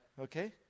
okay